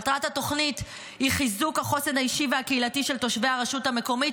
מטרת התוכנית היא חיזוק החוסן האישי והקהילתי של תושבי הרשות המקומית,